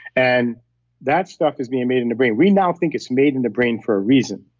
and that stuff is being made in the brain. we now think it's made in the brain for a reason.